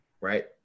right